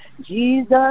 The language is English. Jesus